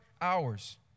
hours